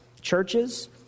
churches